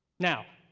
now,